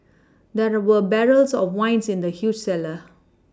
there were barrels of wines in the huge cellar